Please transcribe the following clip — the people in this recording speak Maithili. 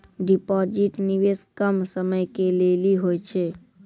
डिपॉजिट निवेश कम समय के लेली होय छै?